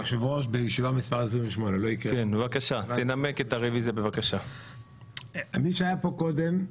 היושב-ראש בישיבה מס' 28. מי שהיה פה קודם,